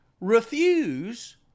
refuse